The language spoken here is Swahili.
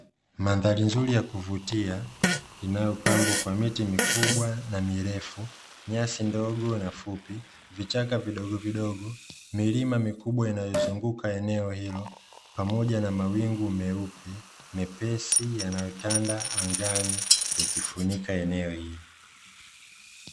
Mandhari nzuri ya kuvutia inayopangwa miti mikubwa, mifupi na mirefu, nyasi ndogo na fupi, vichaka vidogo vidogo, Milima mikubwa inayozunguka eneo hili pamoja na mawingu meupe mepesi yanayozunguka angani na kutanda juu ya eneo hilo.